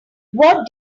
what